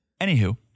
Anywho